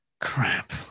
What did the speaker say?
Crap